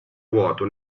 vuoto